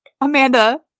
Amanda